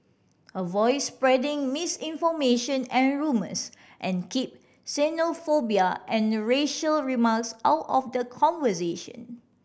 avoid spreading misinformation and rumours and keep xenophobia and racial remarks out of the conversation